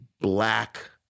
black